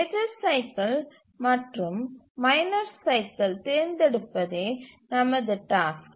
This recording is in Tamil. மேஜர் சைக்கில் மற்றும் மைனர் சைக்கில் தேர்ந்தெடுப்பதே நமது டாஸ்க்